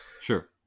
Sure